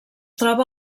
troba